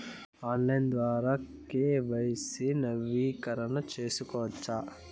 Online ద్వారా KYC నవీకరణ సేసుకోవచ్చా?